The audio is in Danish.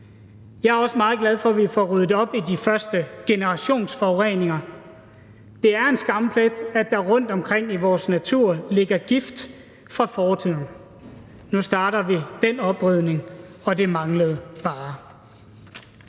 Jeg er også meget glad for, at vi får ryddet op i de første generationsforureninger. Det er en skamplet, at der rundtomkring i vores natur ligger gift fra fortiden. Nu starter vi den oprydning, og det manglede bare.